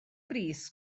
bris